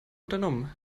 unternommen